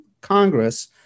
Congress